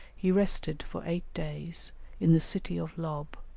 he rested for eight days in the city of lob,